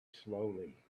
slowly